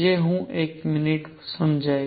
જે હું એક મિનિટમાં સમજાવીશ